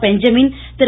Benjamin Thiru